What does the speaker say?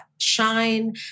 shine